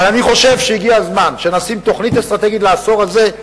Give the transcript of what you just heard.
אבל אני חושב שהגיע הזמן שנשים תוכנית אסטרטגית לעשור הזה,